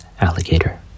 Alligator